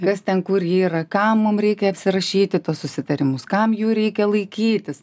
kas ten kur ji yra kam mum reikia apsirašyti tuos susitarimus kam jų reikia laikytis